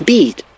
Beat